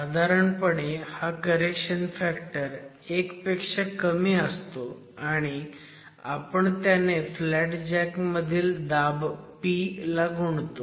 साधारणपणे हा correction factor एक पेक्षा कमी असतो आणि आपण त्याने फ्लॅट जॅकमधील दाब p ला गुणतो